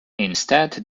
instead